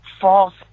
false